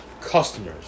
customers